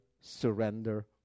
surrender